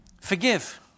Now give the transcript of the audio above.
forgive